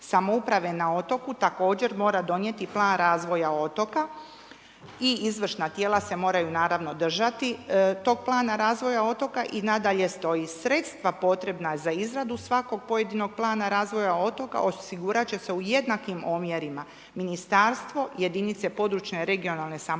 samouprave na otoku također mora donijeti plan razvoja otoka i izvršna tijela se moraju naravno držati tog plana razvoja otoka i nadalje stoji, sredstva potrebna za izradu svakog pojedinog plana razvoja otoka, osigurat će se u jednakim omjerima, ministarstvo, jedinice područne (regionalne) samouprave,